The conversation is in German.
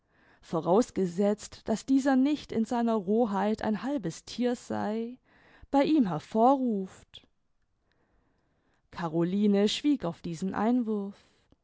vorausgesetzt daß dieser nicht in seiner rohheit ein halbes thier sei bei ihm hervorruft caroline schwieg auf diesen einwurf